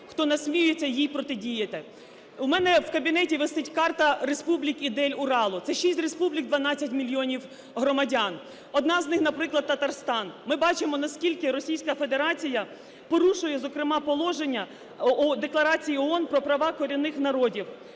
хто насмілюється їй протидіяти. У мене в кабінеті висить карта республік Ідель-Уралу, це 6 республік, 12 мільйонів громадян. Одна з них, наприклад, Татарстан. Ми бачимо, наскільки Російська Федерація порушує, зокрема, положення Декларації ООН про права корінних народів.